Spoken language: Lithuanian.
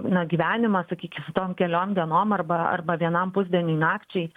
na gyvenimą sakykim su tom keliom dienom arba arba vienam pusdieniui nakčiai